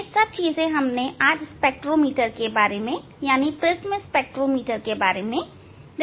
यह सब prism spectrometer के बारे में हैं